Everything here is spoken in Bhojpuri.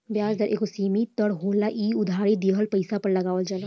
ब्याज दर एगो सीमित दर होला इ उधारी दिहल पइसा पर लगावल जाला